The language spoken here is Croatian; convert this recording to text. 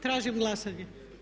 Tražim glasanje.